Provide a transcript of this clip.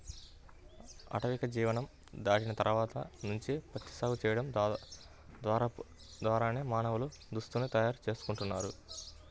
ఆటవిక జీవనం దాటిన తర్వాత నుంచి ప్రత్తి సాగు చేయడం ద్వారానే మానవులు దుస్తుల్ని తయారు చేసుకుంటున్నారు